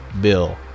Bill